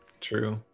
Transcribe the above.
True